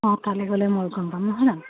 অঁ তালৈ গ'লে মই গম পাম হয় ন